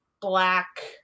black